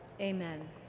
Amen